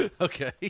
Okay